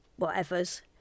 whatevers